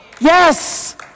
Yes